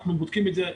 אנחנו בודקים את זה.